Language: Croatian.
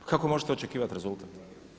Pa kako možete očekivati rezultat?